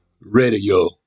radio